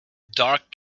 dark